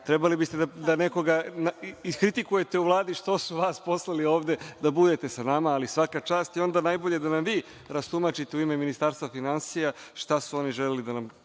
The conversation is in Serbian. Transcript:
trebalo bi da iskritikujete nekoga u Vladi što su vas poslali ovde da budete sa nama, ali svaka čast. Onda najbolje da nam vi rastumačite u ime Ministarstva finansija šta su oni želeli da nam